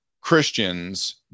Christians